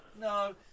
No